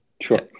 sure